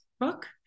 book